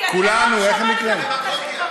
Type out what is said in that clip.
כי, כולנו, דמגוגיה.